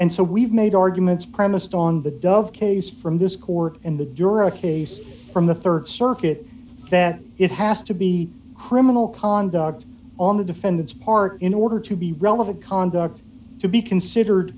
and so we've made arguments premised on the dove case from this court in the euro case from the rd circuit that it has to be criminal conduct on the defendant's part in order to be relevant conduct to be considered